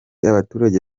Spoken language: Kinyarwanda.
abaturage